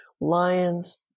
lions